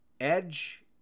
Edge